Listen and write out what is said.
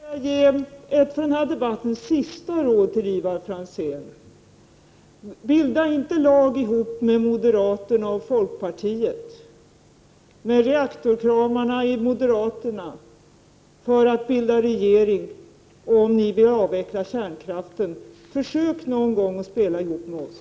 Herr talman! Jag skall gärna ge ett för den här debatten sista råd till Ivar Franzén: Bilda inte lag ihop med reaktorkramarna i moderaterna och med folkpartiet för att bilda regering om ni vill avveckla kärnkraften! Försök någon gång att spela ihop med oss!